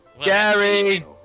Gary